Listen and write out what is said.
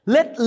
Let